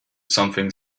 something